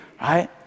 Right